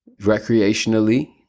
recreationally